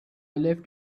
left